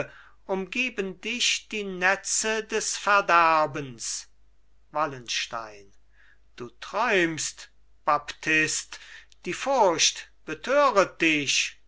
umgeben dich die netze des verderbens wallenstein du träumst baptist die furcht betöret dich